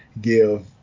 give